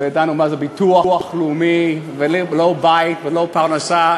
לא ידענו מה זה ביטוח לאומי ולא בית ולא פרנסה.